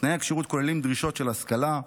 תנאי הכשירות כוללים דרישות של השכלה,